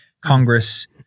Congress